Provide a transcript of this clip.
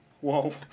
whoa